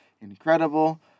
incredible